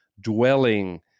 dwelling